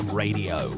radio